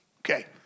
Okay